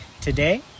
today